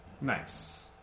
Nice